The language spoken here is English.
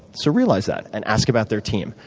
so realize that and ask about their team.